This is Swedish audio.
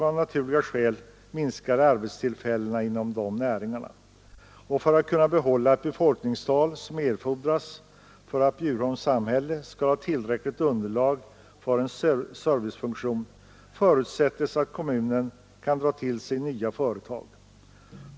Av naturliga skäl minskar arbetstillfällena inom dessa näringar, och för att kunna behålla det befolkningstal som erfordras för att Bjurholms samhälle skall ha tillräckligt underlag för en servicefunktion förutsätts att kommunen kan dra till sig nya företag.